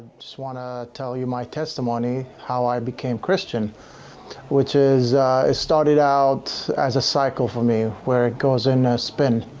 just, want to tell you my testimony how. i became christian which is it started out as a cycle for me, where it goes in spin